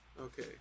Okay